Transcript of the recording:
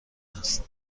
است